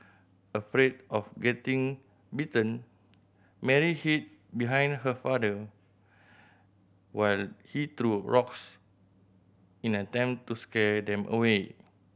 afraid of getting bitten Mary hid behind her father while he threw rocks in an attempt to scare them away